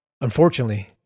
Unfortunately